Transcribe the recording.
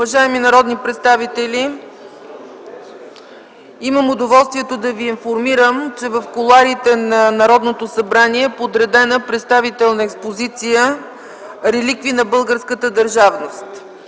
Уважаеми народни представители, имам удоволствието да ви информирам, че в кулоарите на Народното събрание е подредена представителна експозиция „Реликви на българската държавност”.